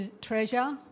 treasure